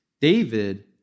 David